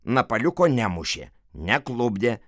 napaliuko nemušė neklupdė